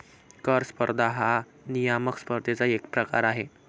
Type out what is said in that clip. कर स्पर्धा हा नियामक स्पर्धेचा एक प्रकार आहे